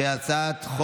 ועדת הקליטה.